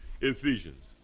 Ephesians